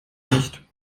nicht